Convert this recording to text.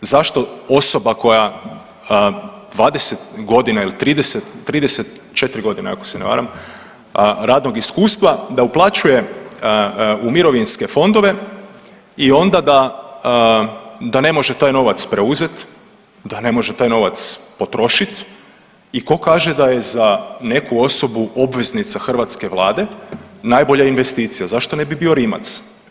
Zašto osoba koja 20 godina ili 30, 34 godine, ako se ne varam, radnog iskustva, da uplaćuje u mirovinske fondove i onda da, da ne može taj novac preuzeti, da ne može taj novac potrošiti i tko kaže da je za neku osobu obveznica hrvatske Vlade najbolja investicija, zašto ne bi bio Rimac?